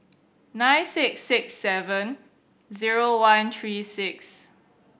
nine six six seven zero one three six